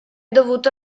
dovuto